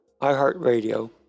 iHeartRadio